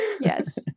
yes